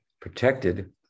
protected